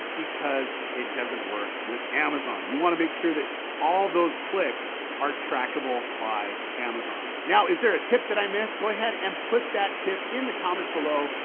because it doesn't work with amazon. you want to make sure that all those clicks are trackable by amazon. now is there a tip that i missed? go ahead and put that tip in the comments below.